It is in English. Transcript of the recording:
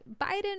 Biden